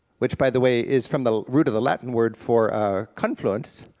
which by the way is from the root of the latin word for a confluence,